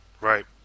Right